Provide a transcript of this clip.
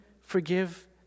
forgive